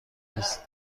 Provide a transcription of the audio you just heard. است